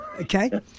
Okay